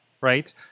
right